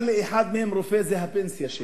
אומר לי אחד מהם, רופא: זה הפנסיה שלי.